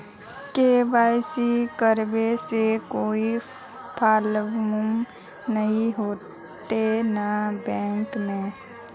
KYC करबे से कोई प्रॉब्लम नय होते न बैंक में?